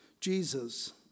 jesus